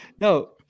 No